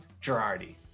Girardi